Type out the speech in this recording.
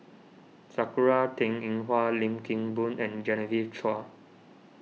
Sakura Teng Ying Hua Lim Kim Boon and Genevieve Chua